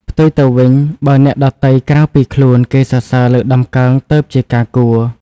ផ្ទុយទៅវិញ បើអ្នកដទៃក្រៅពីខ្លួន គេសរសើរលើកតម្កើងទើបជាការគួរ។